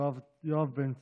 יואב בן צור.